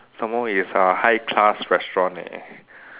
some more is uh high class restaurant leh